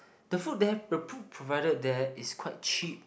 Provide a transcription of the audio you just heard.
the food there the food provided there is quite cheap